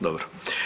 Dobro.